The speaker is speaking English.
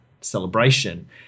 celebration